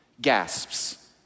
Gasps